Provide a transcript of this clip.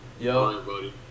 Yo